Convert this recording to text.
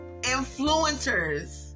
influencers